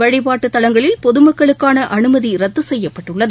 வழிபாட்டுத் தலங்களில் பொதுமக்களுக்கான அனுமதி ரத்து செய்யப்பட்டுள்ளது